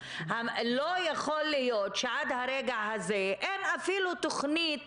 רווחתיים מעצם זה שיש סל שיקום לאדם הוא איננו כולל את